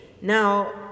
Now